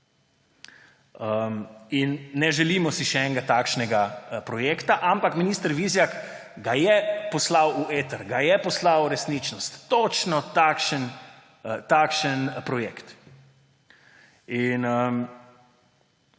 Ne želimo si še enega takšnega projekta, ampak minister Vizjak ga je poslal v eter, ga je poslal v resničnost, točno takšen projekt.